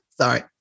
Sorry